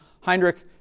Heinrich